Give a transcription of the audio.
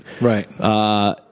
Right